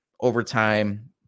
overtime